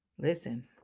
Listen